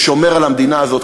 ששומר על המדינה הזאת,